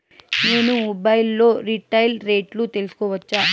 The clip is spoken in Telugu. నేను మొబైల్ లో రీటైల్ రేట్లు తెలుసుకోవచ్చా?